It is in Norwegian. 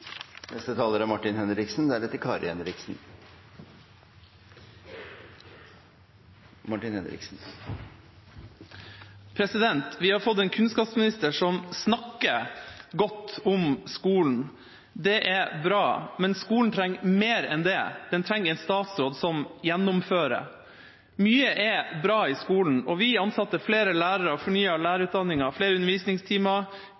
Vi har fått en kunnskapsminister som snakker godt om skolen. Det er bra. Men skolen trenger mer enn det. Den trenger en statsråd som gjennomfører. Mye er bra i skolen. Vi ansatte flere lærere, fornyet lærerutdanninga, innførte flere undervisningstimer, krav til opptak på lærerutdanning, styrket skolehelsetjenesten og